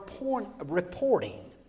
reporting